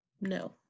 No